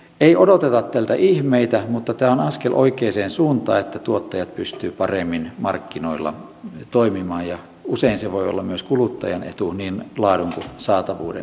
ei odoteta tältä ihmeitä mutta tämä on askel oikeaan suuntaan että tuottajat pystyvät paremmin markkinoilla toimimaan ja usein se voi olla myös kuluttajan etu niin laadun kuin saatavuuden näkökulmasta